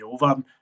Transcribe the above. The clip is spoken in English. over